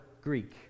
Greek